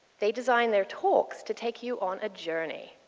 they designed their talks to take you on a journey,